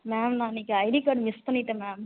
ma'am நான் இன்னைக்கு ID card miss பண்ணிவிட்டேன் மேம்